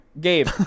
Gabe